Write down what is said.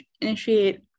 initiate